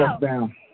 down